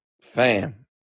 fam